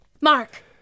Mark